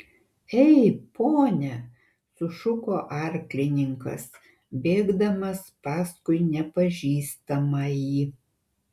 ei pone sušuko arklininkas bėgdamas paskui nepažįstamąjį